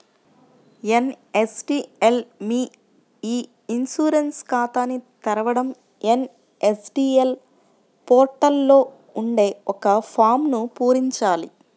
NSDL మీ e insurance ఖాతాని తెరవడం ఎన్.ఎస్.డి.ఎల్ పోర్టల్ లో ఉండే ఒక ఫారమ్ను పూరించాలి